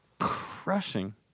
Crushing